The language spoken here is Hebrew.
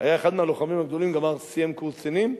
היה אחד מהלוחמים הגדולים, סיים קורס קצינים.